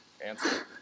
answer